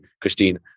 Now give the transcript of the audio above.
Christine